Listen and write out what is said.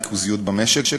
הריכוזיות במשק,